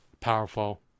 powerful